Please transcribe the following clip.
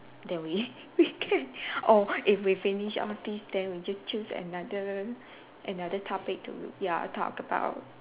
then we we can oh if we finish all these then we just choose another another topic to ya talk about